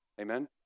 Amen